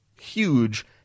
huge